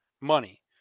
money